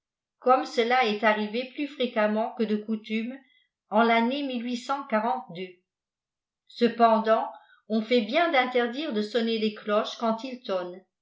comme cela est arrivé plus fréquemment que de coutume en l'année cependant onfaitbiend'interdire de sonner les ciodbes quand il tonne